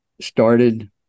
started